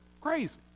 crazy